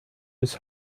his